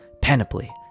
panoply